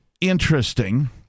Interesting